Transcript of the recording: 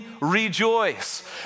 rejoice